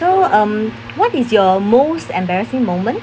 so um what is your most embarrassing moment